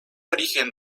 origen